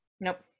Nope